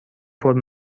فرم